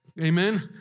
Amen